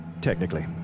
Technically